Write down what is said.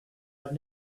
had